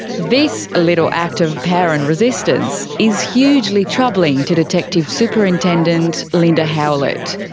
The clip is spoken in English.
this little act of power and resistance is hugely troubling to detective superintendent linda howlett.